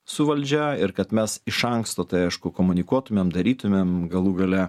su valdžia ir kad mes iš anksto tai aišku komunikuotumėm darytumėm galų gale